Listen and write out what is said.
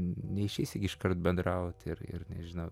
neišeisi gi iškart bendraut ir ir nežinau